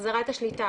החזרת השליטה,